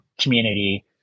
community